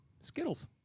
Skittles